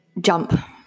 jump